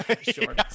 Sure